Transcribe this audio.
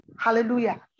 Hallelujah